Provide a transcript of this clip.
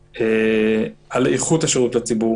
על איכות שירות הציבור.